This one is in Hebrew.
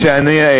אני מגיע.